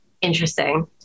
Interesting